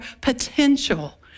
potential